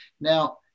Now